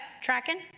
tracking